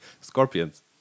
Scorpions